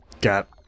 got